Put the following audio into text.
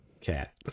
cat